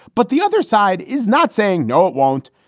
but the other side is not saying, no, it won't.